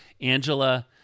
Angela